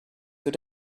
your